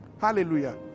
Hallelujah